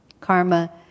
karma